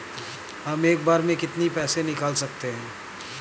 हम एक बार में कितनी पैसे निकाल सकते हैं?